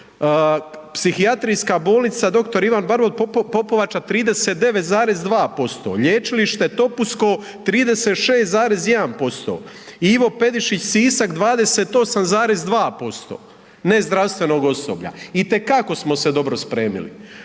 Psihijatrijska bolnica dr. Ivan Barbot Popovača 39,2%, Lječilište Topusko 36,1%, Ivo Pedišić Sisak 28,2% nezdravstvenog osoblja, itekako smo se dobro spremili.